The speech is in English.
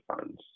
funds